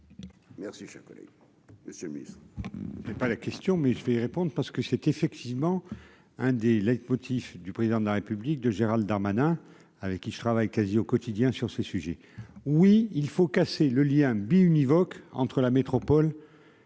Merci, cher collègue, Monsieur le Ministre,